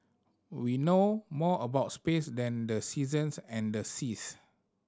we know more about space than the seasons and the seas